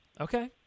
okay